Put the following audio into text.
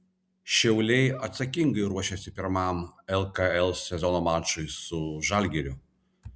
šiauliai atsakingai ruošiasi pirmam lkl sezono mačui su žalgiriu